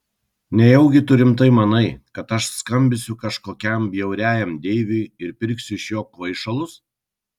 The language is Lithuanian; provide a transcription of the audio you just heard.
nejaugi tu rimtai manai kad aš skambinsiu kažkokiam bjauriajam deivui ir pirksiu iš jo kvaišalus